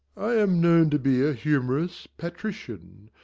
i am known to be a humorous patrician,